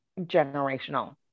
generational